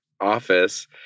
office